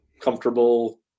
comfortable